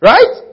Right